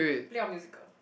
play or musical